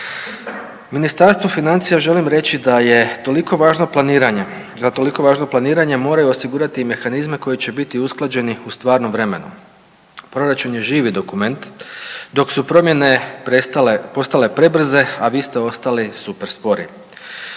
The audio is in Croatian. Ministarstvu financija želim reći da je toliko važno planiranje. Za toliko važno planiranje moraju osigurati i mehanizme koji će biti usklađeni u stvarnom vremenu. Proračun je živi dokument dok su promjene postale prebrze, a vi ste ostali super spori.